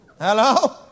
Hello